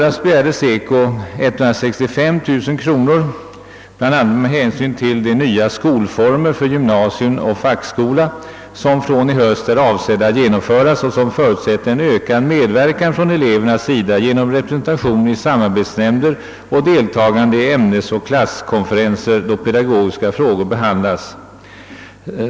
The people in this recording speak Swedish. SECO begärde i våras 165 000 kronor, bl.a. med hänsyn till de nya skolformer för gymnasium och fackskola som från och med i höst är avsedda att genom föras och som förutsätter en ökad medverkan från elevernas sida genom representation i samarbetsnämnder och deltagande i ämnesoch klasskonferenser då pedagogiska frågor behandlas.